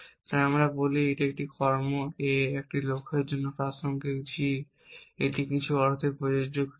তাই আমরা বলি একটি কর্ম A একটি লক্ষ্যের জন্য প্রাসঙ্গিক g এটি একটি কিছু অর্থে প্রযোজ্য ক্রিয়া